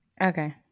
Okay